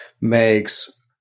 makes